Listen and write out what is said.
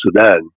Sudan